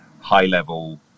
high-level